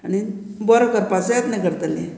आनी बरो करपाचो येत्न करतली